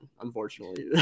unfortunately